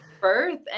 birth